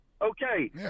Okay